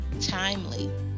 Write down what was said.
timely